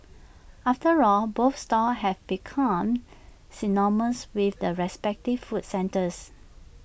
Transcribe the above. after all both stalls have become synonymous with the respective food centres